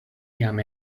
jam